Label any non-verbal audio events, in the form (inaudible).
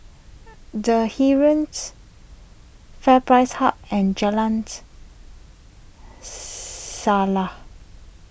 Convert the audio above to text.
(noise) the Heeren's FairPrice Hub and Jalan's Selaseh